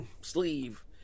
sleeve